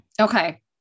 okay